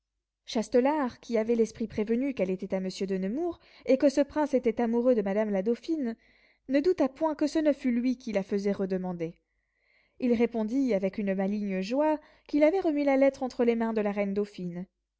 châtelart qui avait l'esprit prévenu qu'elle était à monsieur de nemours et que ce prince était amoureux de madame la dauphine ne douta point que ce ne fût lui qui la faisait redemander il répondit avec une maligne joie qu'il avait remis la lettre entre les mains de la reine dauphine